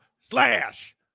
slash